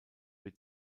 wird